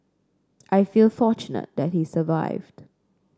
I feel fortunate that he survived